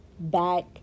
back